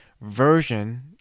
version